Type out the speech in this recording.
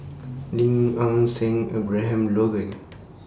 Lim Nang Seng Abraham Logan